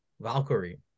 Valkyrie